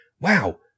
wow